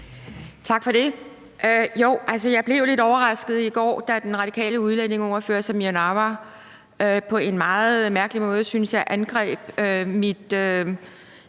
Tak for det. Jeg blev lidt overrasket i går, da den radikale udlændingeordfører, fru Samira Nawa, på en meget mærkelig måde, synes jeg, angreb min,